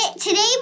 today